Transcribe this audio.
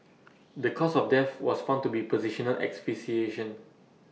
the cause of death was found to be positional asphyxiation